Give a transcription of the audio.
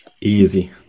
Easy